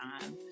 time